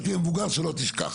שכשאתה תהיה מבוגר לא תשכח,